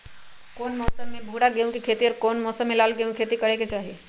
कौन मौसम में भूरा गेहूं के खेती और कौन मौसम मे लाल गेंहू के खेती करे के चाहि?